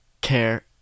care